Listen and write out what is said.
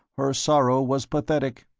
her sorrow was pathetic.